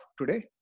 today